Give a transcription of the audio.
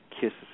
kisses